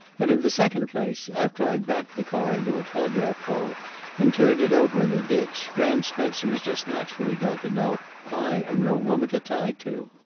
and in the second place, after i've backed the car into a telegraph pole and turned it over in a ditch, graham spencer is just naturally going to know i am no woman to tie to.